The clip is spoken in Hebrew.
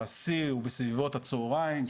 שהשיא הוא בסביבות הצהריים,